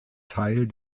teil